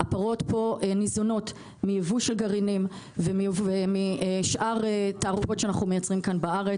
הפרות ניזונות מייבוא של גרעינים ושאר תערובות שאנחנו מייצרים בארץ.